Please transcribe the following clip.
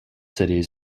cities